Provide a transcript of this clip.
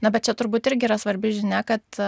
na bet čia turbūt irgi yra svarbi žinia kad